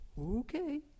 Okay